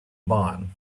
barn